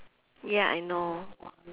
ya I know